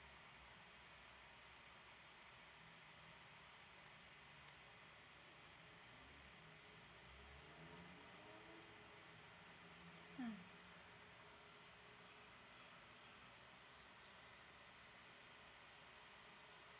mm